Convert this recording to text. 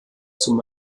zum